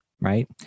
right